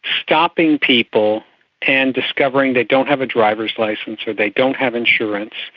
stopping people and discovering they don't have a drivers licence or they don't have insurance.